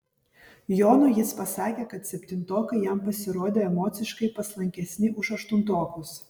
jonui jis pasakė kad septintokai jam pasirodė emociškai paslankesni už aštuntokus